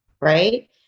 right